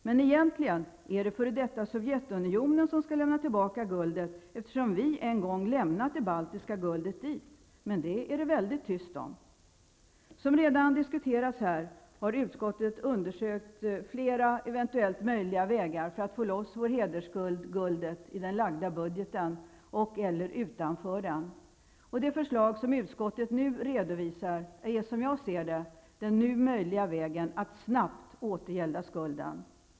Men egentligen är det f.d. Sovjetunionen som skall lämna tillbaka guldet, eftersom vi en gång lämnat det baltiska guldet dit. Men det är det väldigt tyst om. Som redan diskuterats här har utskottet undersökt flera eventuellt möjliga vägar för att få loss vår hedersskuld, guldet, i den framlagda budgeten. Det förslag som utskottet redovisar är, som jag ser det, den nu möjliga vägen att snabbt återgälda skulden.